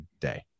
day